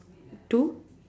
two